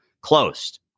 closed